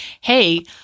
hey